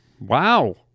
Wow